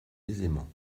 aisément